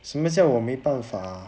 什么叫我没办法